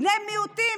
בני מיעוטים,